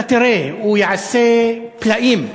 אתה תראה, הוא יעשה פלאים.